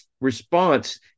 response